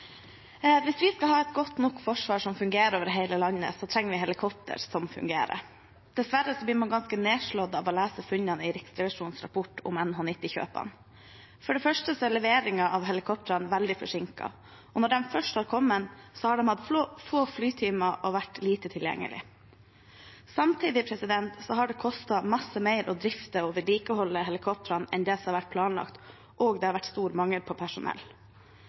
Hvis vi skal ha et godt nok forsvar som fungerer over hele landet, trenger vi helikopter som fungerer. Dessverre blir man ganske nedslått av å lese funnene i Riksrevisjonens rapport om NH90-kjøpene. For det første er leveringen av helikoptrene veldig forsinket. Og når de først har kommet, har de hatt få flytimer og vært lite tilgjengelige. Samtidig har det kostet mye mer å drifte og vedlikeholde helikoptrene enn det som har vært planlagt, og det har vært stor mangel på personell.